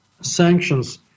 sanctions